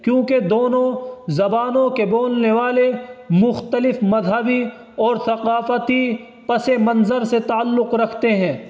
کیوںکہ دونوں زبانوں کے بولنے والے مختلف مذہبی اور ثقافتی پسِ منظر سے تعلق رکھتے ہیں